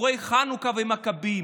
סיפורי חנוכה ומכבים.